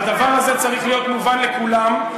הדבר הזה צריך להיות מובן לכולם.